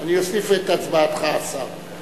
אני אוסיף את הצבעתך, השר.